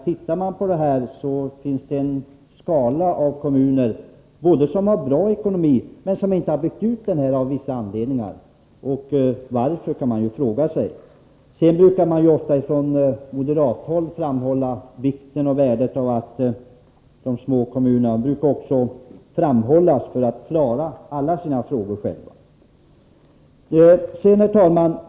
Tittar man på det här, finner man en hel rad av kommuner som har relativt god ekonomi men som inte har byggt ut den här verksamheten av vissa anledningar — varför kan man ju fråga sig. Sedan brukar man från moderat håll peka på vikten och värdet av de små kommunerna och framhålla att de kan klara alla sina frågor själva. Herr talman!